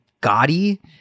gaudy